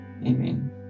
amen